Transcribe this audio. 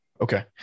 Okay